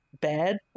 bad